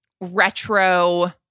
retro